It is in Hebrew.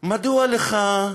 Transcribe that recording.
מדוע לך,